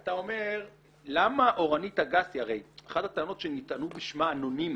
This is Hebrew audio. אתה אומר למה אורנית אגסי --- הרי אחת הטענות שנטענו בשמה האנונימי,